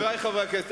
חברי חברי הכנסת,